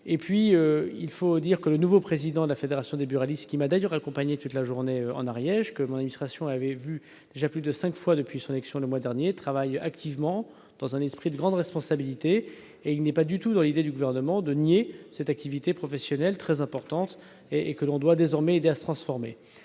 important. Par ailleurs, le nouveau président de la Confédération des buralistes, qui m'a d'ailleurs accompagné toute une journée lors de mon déplacement en Ariège, et que mon administration a déjà rencontré plus de cinq fois depuis son élection le mois dernier, travaille activement dans un esprit de grande responsabilité. Il n'est pas du tout dans l'idée du Gouvernement de nier cette activité professionnelle très importante et que l'on doit désormais aider à se transformer.